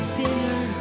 dinner